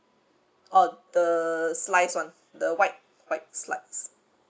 orh the slice [one] the white white slice